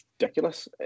ridiculous